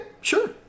sure